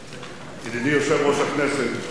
נכבדה, לפני יומיים,